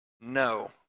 No